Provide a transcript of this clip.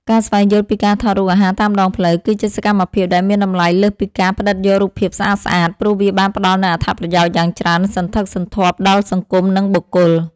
ការស្វែងយល់ពីការថតរូបអាហារតាមដងផ្លូវ គឺជាសកម្មភាពដែលមានតម្លៃលើសពីការផ្ដិតយករូបភាពស្អាតៗ ព្រោះវាបានផ្ដល់នូវអត្ថប្រយោជន៍យ៉ាងច្រើនសន្ធឹកសន្ធាប់ដល់សង្គម និងបុគ្គល។